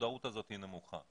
המודעות הזאת היא נמוכה.